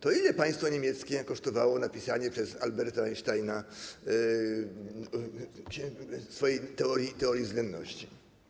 To ile państwo niemieckie kosztowało napisanie przez Alberta Einsteina swojej teorii względności?